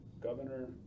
governor